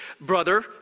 brother